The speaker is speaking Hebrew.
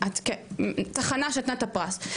התחנה שנתנה את הפרס,